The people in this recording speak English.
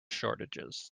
shortages